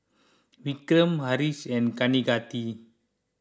Vikram Haresh and Kaneganti